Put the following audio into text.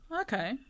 Okay